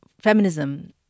feminism